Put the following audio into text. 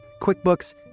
QuickBooks